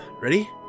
Ready